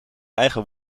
eigen